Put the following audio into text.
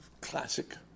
classic